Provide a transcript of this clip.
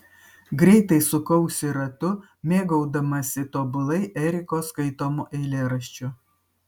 greitai sukausi ratu mėgaudamasi tobulai eriko skaitomu eilėraščiu